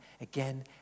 again